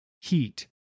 Heat